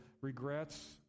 regrets